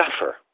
suffer